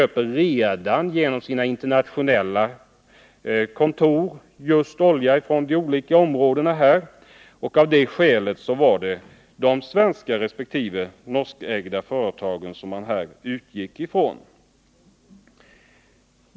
De köper redan genom sina internationella kontor olja från de här olika områdena, och av det skälet var det de svenskresp. norskägda företagen man utgick från.